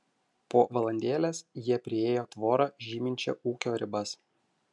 po valandėlės jie priėjo tvorą žyminčią ūkio ribas